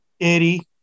Eddie